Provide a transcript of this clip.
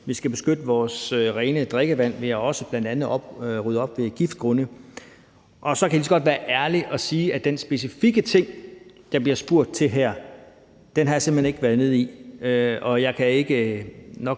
Vi skal beskytte vores rene drikkevand ved bl.a. også at rydde op ved giftgrunde. Så kan jeg lige så godt være ærlig og sige, at den specifikke ting, der bliver spurgt til her, har jeg simpelt hen ikke været nede i. Jeg kan nok